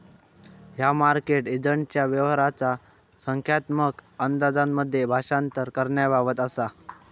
ह्या मार्केट एजंटच्या व्यवहाराचा संख्यात्मक अंदाजांमध्ये भाषांतर करण्याबाबत असा